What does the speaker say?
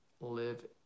live